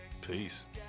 Peace